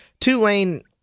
Tulane